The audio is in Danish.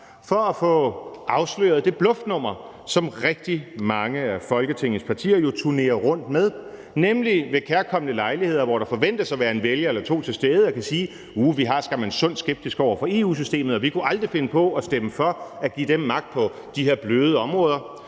for at få afsløret det bluffnummer, som rigtig mange af Folketingets partier jo turnerer rundt med, nemlig ved kærkomne lejligheder, hvor der forventes at være en vælger eller to til stede, at kunne sige: Uh, vi har skam en sund skepsis over for EU-systemet, og vi kunne aldrig finde på at stemme for at give dem magt på de her bløde områder,